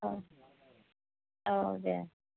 औ औ दे